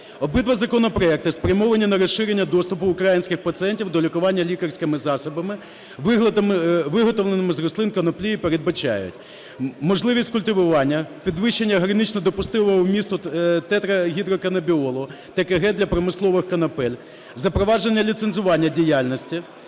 Обидва законопроекти спрямовані на розширення доступу українських пацієнтів до лікування лікарськими засобами, виготовленими з рослин коноплі, і передбачають можливість культивування, підвищення гранично допустимого вмісту тетрагідроканабінолу, ТГК для промислових конопель, запровадження ліцензування діяльності